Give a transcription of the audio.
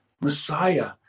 Messiah